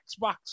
Xbox